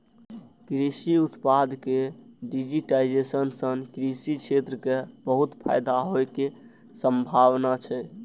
कृषि उत्पाद के डिजिटाइजेशन सं कृषि क्षेत्र कें बहुत फायदा होइ के संभावना छै